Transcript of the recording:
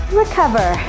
recover